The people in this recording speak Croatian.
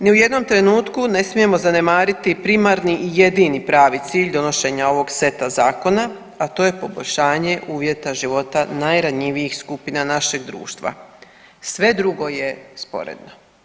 Ni u jednom trenutku ne smijemo zanemariti primarni i jedini pravi cilj donošenja ovog seta zakona, a to je poboljšanje uvjeta života najranjivijih skupina našeg društva, sve drugo je sporedno.